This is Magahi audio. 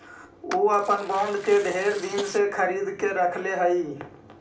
ऊ अपन बॉन्ड के ढेर दिन से खरीद के रखले हई